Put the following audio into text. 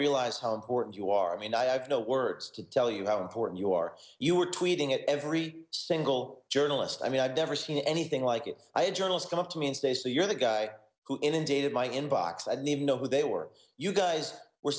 realize how important you are i mean i have no words to tell you how important you are you were tweeting at every single journalist i mean i've never seen anything like it i had journalists come up to me and say so you're the guy who inundated my inbox i don't even know who they were you guys were